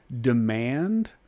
demand